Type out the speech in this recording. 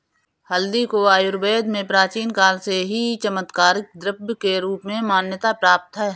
हल्दी को आयुर्वेद में प्राचीन काल से ही एक चमत्कारिक द्रव्य के रूप में मान्यता प्राप्त है